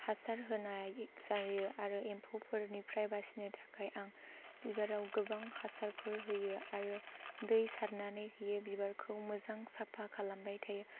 हासार होनाय जायो आरो एम्फौफोरनिफ्राय बासिनो थाखाय आं बिबाराव गोबां हासारफोर होयो आरो दै सारनानै होयो बिबारखौ मोजां साफा खालामबाय थायो